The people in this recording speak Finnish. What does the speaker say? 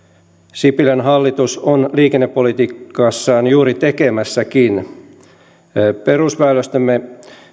sipilän hallitus on liikennepolitiikassaan juuri tekemässäkin perusväylästömme